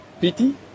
pity